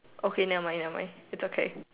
okay never mind never mind is okay